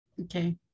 Okay